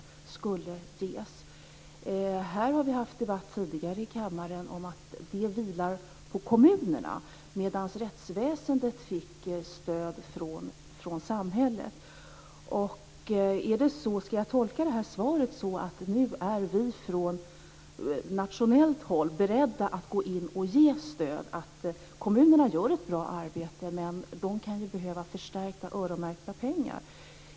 Tidigare här i kammaren har vi haft debatt om att ansvaret vilar på kommunerna medan rättsväsendet får stöd från samhället. Ska jag tolka svaret så, att vi från nationellt håll nu är beredda att gå in och ge stöd. Kommunerna gör ett bra arbete, men de kan behöva en förstärkning genom öronmärkta pengar.